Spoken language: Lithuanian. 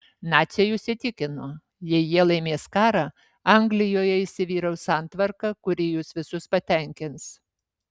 naciai jus įtikino jei jie laimės karą anglijoje įsivyraus santvarka kuri jus visus patenkins